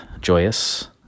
joyous